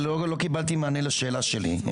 אבל לא קיבלתי מענה לשאלה שלי,